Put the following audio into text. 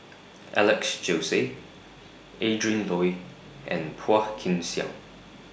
Alex Josey Adrin Loi and Phua Kin Siang